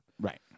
right